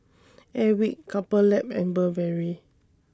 Airwick Couple Lab and Burberry